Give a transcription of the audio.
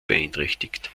beeinträchtigt